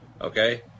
Okay